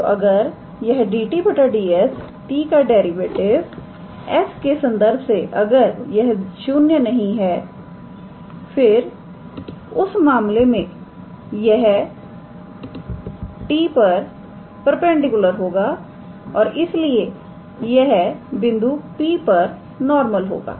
तोअगर यह 𝑑𝑡 𝑑𝑠 t का डेरिवेटिव s के संदर्भ से अगर यह 0 नहीं है फिर उस मामले में यह t पर परपेंडिकुलर होगा और इसलिए यह बिंदु P पर नॉर्मल होगा